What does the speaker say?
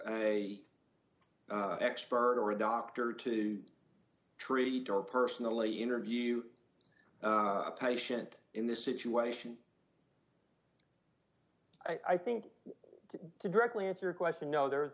a expert or a doctor to treat or personally interview a patient in this situation i think to directly answer question no there